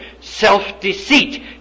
self-deceit